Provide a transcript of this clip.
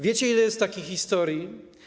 Wiecie, ile jest takich historii?